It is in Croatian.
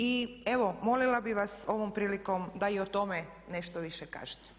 I evo molili bih vas ovom prilikom da i o tome nešto više kažete.